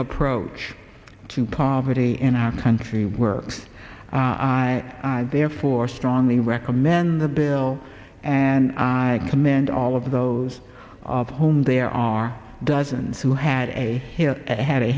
approach to poverty in our country works i therefore strongly recommend the bill and i commend all of those of whom there are dozens who had a hand